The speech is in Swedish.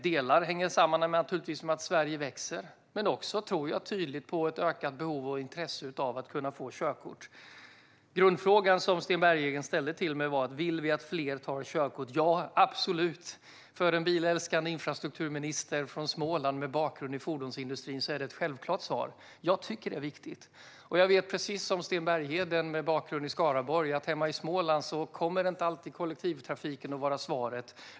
Delvis hänger detta naturligtvis samman med att Sverige växer men också, tror jag, med ett ökat behov av och intresse för att få körkort. Grundfrågan som Sten Bergheden ställde till mig var: Vill vi att fler tar körkort? Ja, det vill vi absolut! För en bilälskande infrastrukturminister från Småland med bakgrund i fordonsindustrin är det ett självklart svar. Jag tycker att det är viktigt. Jag vet precis som Sten Bergheden, med bakgrund i Skaraborg, att hemma i Småland kommer inte alltid kollektivtrafiken att vara svaret.